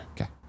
Okay